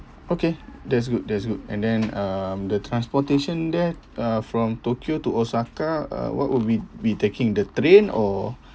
okay that's good that's good and then um the transportation there uh from tokyo to osaka uh what would we be taking the train or